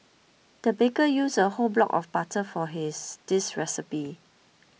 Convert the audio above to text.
the baker used a whole block of butter for this recipe